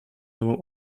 nową